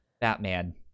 Batman